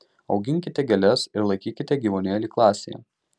auginkite gėles ar laikykite gyvūnėlį klasėje